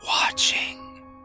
Watching